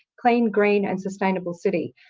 clean, green and sustainable city.